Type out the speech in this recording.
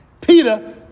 Peter